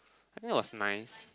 that was nice